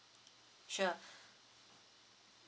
sure